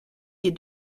des